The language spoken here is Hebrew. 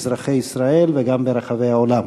אזרחי ישראל וגם ברחבי בעולם.